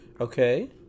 Okay